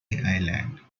island